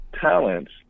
talents